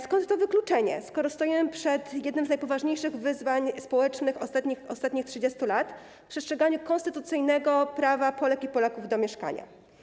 Skąd to wykluczenie, skoro stoimy przed jednym z najpoważniejszych wyzwań społecznych ostatnich 30 lat, jakim jest przestrzeganie konstytucyjnego prawa Polek i Polaków do mieszkania?